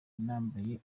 nambaye